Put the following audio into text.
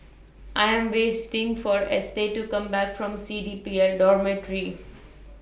I Am wasting For Estes to Come Back from C D P L Dormitory